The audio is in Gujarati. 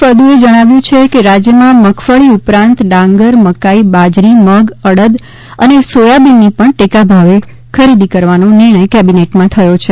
ફળદુએ જણાવ્યું છે કે રાજ્યમાં મગફળી ઉપરાંત ડાંગર મકાઇ બાજરી મગ અડદ અને સોયાબીનની પણ ટેકાના ભાવે ખરીદી કરવાનો નિર્ણય કેબિનેટ માં થયો છે